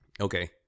Okay